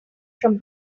from